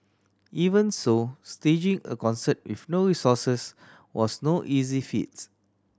even so staging a concert with no resources was no easy feats